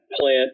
plant